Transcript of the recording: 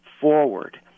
forward